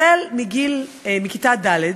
החל מכיתה ד'